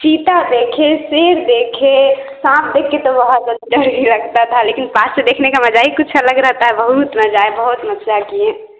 चीता देखे शेर देखे साँप देख कर तो बहुत डर भी लगता था लेकिन पास से देखने का मज़ा ही कुछ अलग रहता है बहुत मज़ा आया बहुत मस्तियाँ किए